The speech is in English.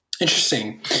Interesting